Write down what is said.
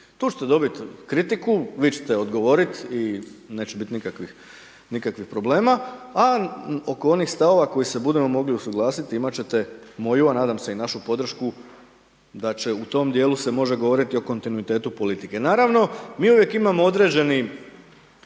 To ćete dobiti kritiku, vi ćete odgovoriti i neće biti nikakvih problema, a oko onih stavova oko kojih se budemo mogli usuglasiti, imat ćete moju, a nadam se i našu podršku da će u tom dijelu se može govoriti o kontinuitetu politike. Naravno, mi uvijek imamo određene